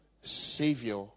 savior